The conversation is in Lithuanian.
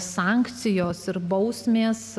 sankcijos ir bausmės